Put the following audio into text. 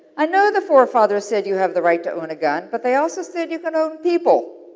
i know the forefathers said you have the right to own a gun but they also said you can own people.